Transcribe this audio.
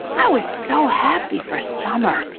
i was so happy for summer.